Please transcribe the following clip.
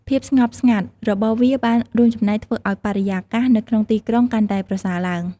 ភាពស្ងប់ស្ងាត់របស់វាបានរួមចំណែកធ្វើឱ្យបរិយាកាសនៅក្នុងទីក្រុងកាន់តែប្រសើរឡើង។